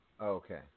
Okay